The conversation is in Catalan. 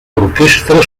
orquestra